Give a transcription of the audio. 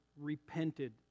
repented